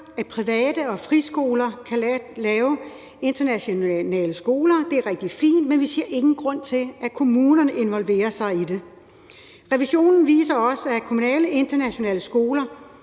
at private og friskoler kan lave internationale skoler. Det er rigtig fint, men vi ser ingen grund til, at kommunerne involverer sig i det. Revisionen viser også, at kommunale internationale skoler